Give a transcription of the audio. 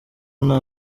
nta